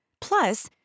Plus